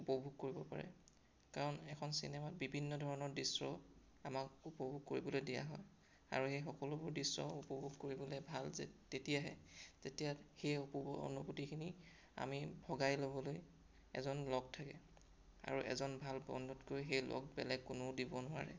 উপভোগ কৰিব পাৰে কাৰণ এখন চিনেমাত বিভিন্ন ধৰণৰ দৃশ্য আমাক উপভোগ কৰিবলৈ দিয়া হয় আৰু সেই সকলোবোৰ দৃশ্য উপভোগ কৰিবলৈ ভাল তেতিয়াহে যেতিয়া সেই অপূৰ্ব অনুভূতিখিনি আমি ভগাই ল'বলৈ এজন লগ থাকে আৰু এজন ভাল বন্ধুতকৈ সেই লগ বেলেগ কোনেও দিব নোৱাৰে